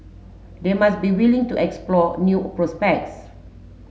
they must be willing to explore new prospects